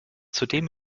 zudem